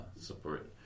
support